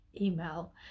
email